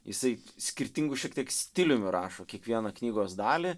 jisai skirtingu šiek tiek stiliumi rašo kiekvieną knygos dalį